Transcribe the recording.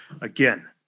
Again